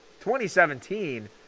2017